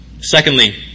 Secondly